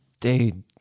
dude